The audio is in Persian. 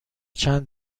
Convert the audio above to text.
چند